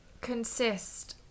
consist